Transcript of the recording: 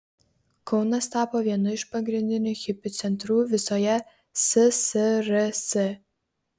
kaunas tapo vienu iš pagrindinių hipių centrų visoje ssrs